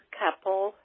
couple